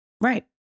Right